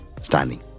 standing